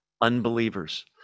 unbelievers